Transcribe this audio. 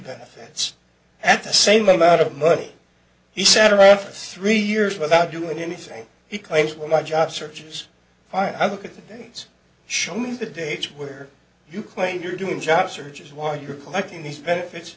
benefits at the same amount of money he sat around for three years without doing anything he claims when my job searches i look at the things show me the dates where you claim you're doing a job search is why you're collecting these benefits